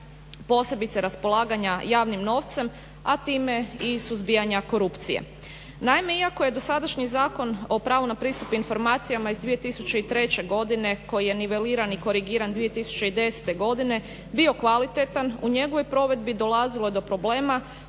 posebice raspolaganja javnim novcem, a time i suzbijanja korupcije. Naime, iako je dosadašnji Zakon o pravu na pristup informacijama iz 2003.godine koji je niveliran i korigiran 2010.godine bio kvalitetan, u njegovoj provedbi dolazilo je do problema